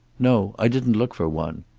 no. i didn't look for one.